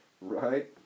Right